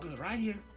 right here,